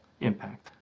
impact